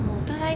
oh man